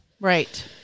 Right